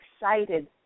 excited